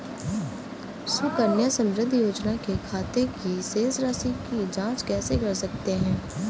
सुकन्या समृद्धि योजना के खाते की शेष राशि की जाँच कैसे कर सकते हैं?